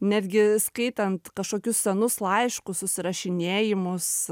netgi skaitant kažkokius senus laiškus susirašinėjimus